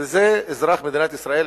וזה אזרח מדינת ישראל,